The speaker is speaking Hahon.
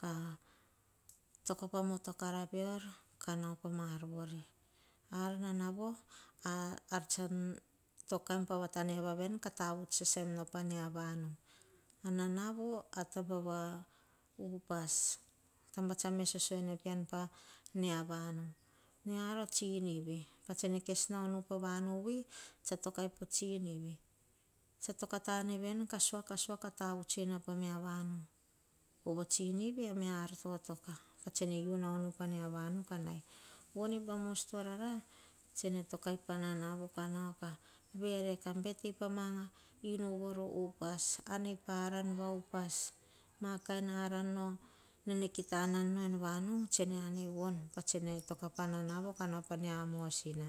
katoka pa kukukur peor. Anana vo o sahan toki ka naim pa ma vanu. Anana vo o ataba va upas tsa mesoso ene pean pamia vanu, miar. O tsinivi, a tsene kes naunu pa vanu vui ene sta tokai po tsinivi. Tsa tokatanevi ka suasua ka tavuts hei nau pamia vanu. Povo tsinivi a miar totoka. Ka nai pa mai vanu von po mos torara. Tsene tokai pa nanavo kanai kaverei. Ka betei ma ar bebete potorara ka. An pa ma ara potorara. Ma ara nene kita ananu veni tsene anei vone. Toka pa nanavo ka nao pa mia mosina.